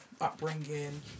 upbringing